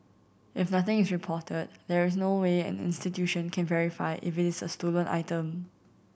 if nothing is reported there is no way an institution can verify if it is a stolen item